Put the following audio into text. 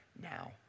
now